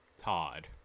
Todd